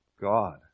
God